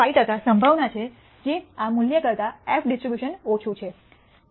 5 ટકા સંભાવના છે કે આ મૂલ્ય કરતાં એફ ડિસ્ટ્રીબ્યુશન ઓછું છે